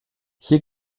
hier